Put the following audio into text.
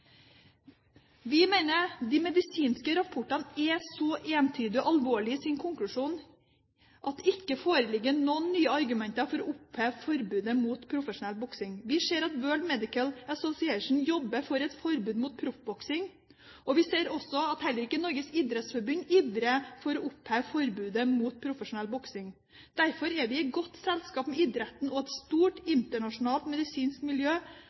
Vi mener de medisinske rapportene er så entydige og alvorlige i sin konklusjon at det ikke foreligger noen nye argumenter for å oppheve forbudet mot profesjonell boksing. Vi ser at World Medical Association jobber for et forbud mot proffboksing, og at heller ikke Norges idrettsforbund ivrer for å oppheve forbudet mot profesjonell boksing. Derfor er regjeringspartiene i godt selskap med idretten og et stort internasjonalt medisinsk miljø